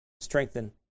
strengthen